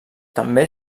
també